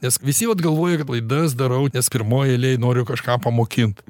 nes visi vat galvoja kad laidas darau nes pirmoj eilėj noriu kažką pamokint